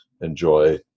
enjoy